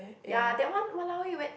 ya that one !walaowei! when